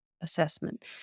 assessment